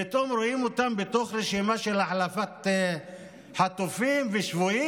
פתאום רואים אותן ברשימה של החלפת חטופים ושבויים.